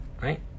Right